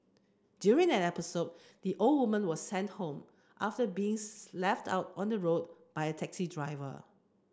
during an episode the old woman was sent home after beings left out on the road by a taxi driver